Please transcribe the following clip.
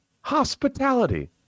Hospitality